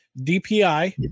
DPI